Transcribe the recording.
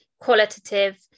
qualitative